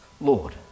Lord